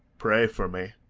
pray for me,